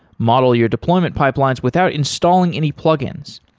model your deployment pipelines without installing any plug-ins.